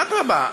אדרבה,